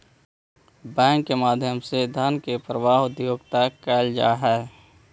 bank के माध्यम से धन के प्रवाह उद्योग तक कैल जा हइ